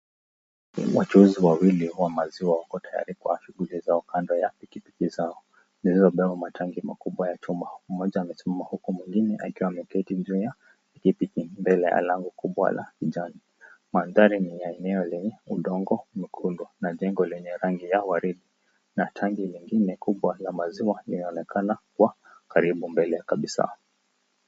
Wachuuzi wawili wa maziwa wako tayari kwa shughuli zao kando ya pikipiki zao zilizobeba matangi makubwa ya chuma. Mmoja amesimama huku mwingine akiwa ameketi juu ya pikipiki mbele ya lango kubwa la kijani. Mandhari ni ya eneo lenye udongo mwekundu na jengo lenye rangi ya waridi na tangi lingine kubwa la maziwa linaonekana kwa karibu mbele ya kabisa.